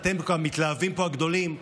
אתם המתלהבים הגדולים פה,